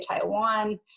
taiwan